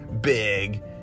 big